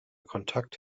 kontakt